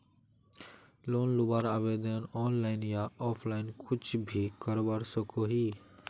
Loan लुबार आवेदन online या ऑफलाइन कुछ भी करवा सकोहो ही?